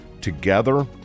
Together